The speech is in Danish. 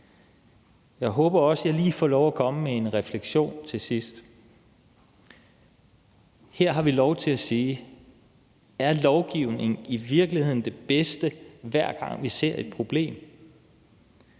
Jeg håber også, at jeg lige får lov at komme med en refleksion til sidst. Her har vi lov til at spørge, om lovgivning i virkeligheden er det bedste, hver gang vi ser et problem.